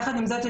יחד עם זאת,